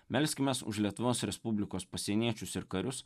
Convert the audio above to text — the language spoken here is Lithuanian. melskimės už lietuvos respublikos pasieniečius ir karius